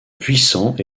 puissant